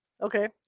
Okay